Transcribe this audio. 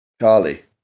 Charlie